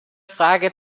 frage